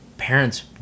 parents